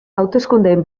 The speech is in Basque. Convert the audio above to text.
hauteskundeen